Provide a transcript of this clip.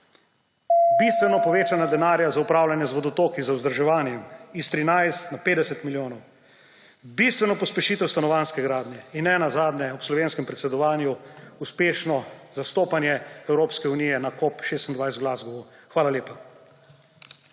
Bistveno povečanje denarja za upravljanje z vodotoki za vzdrževanje s 13 na 50 milijonov. Bistveno pospešitev stanovanjske gradnje in nenazadnje ob slovenskem predsedovanju uspešno zastopanje EU na COP26 v Glasgowu. Hvala lepa.